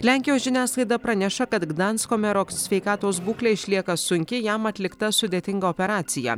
lenkijos žiniasklaida praneša kad gdansko mero sveikatos būklė išlieka sunki jam atlikta sudėtinga operacija